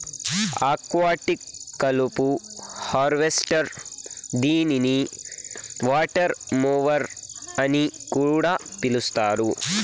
aquatic కలుపు harvester దీనిని water mower అని కూడా పిలుస్తారు